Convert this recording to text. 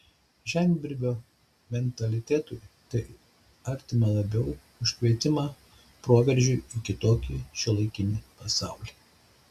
žemdirbio mentalitetui tai artima labiau už kvietimą proveržiui į kitokį šiuolaikinį pasaulį